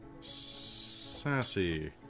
Sassy